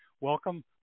Welcome